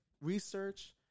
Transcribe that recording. research